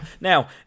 now